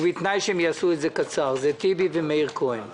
ובתנאי שיעשו את זה קצר טיבי ומאיר כהן.